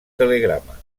telegrama